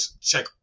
check